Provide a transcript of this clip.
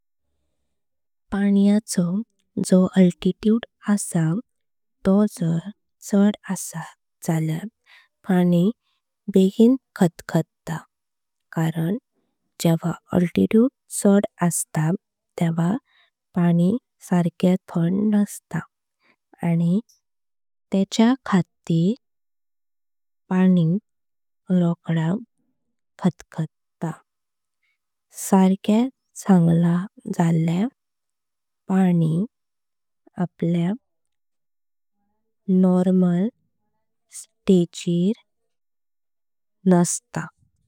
पाण्याचो जो अल्टिट्यूड आसा तो जार चड आसत जल्या। पाणी बेगीन खटखट्टा कारण जेव्हा अल्टिट्यूड चड आस्ता। तेव्हा पाणी साख्या थंड नस्त आनी त्याच। खातेर पाणी रोकडा खटखट्टा साख्याच संगला। जल्या पाणी आपलय नॉर्मल स्टेगीरना।